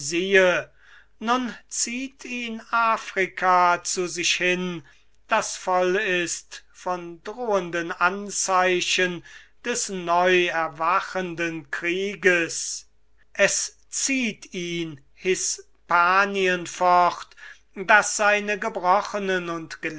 nun zieht ihn afrika zu sich hin das voll ist von drohenden anzeichen des neu erwachenden krieges es zieht ihn hispanien fort das seine gebrochenen